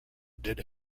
did